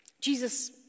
Jesus